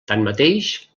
tanmateix